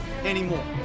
anymore